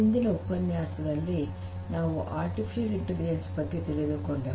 ಹಿಂದಿನ ಉಪನ್ಯಾಸದಲ್ಲಿ ನಾವು ಆರ್ಟಿಫಿಷಿಯಲ್ ಇಂಟೆಲಿಜೆನ್ಸ್ ಬಗ್ಗೆ ತಿಳಿದುಕೊಂಡೆವು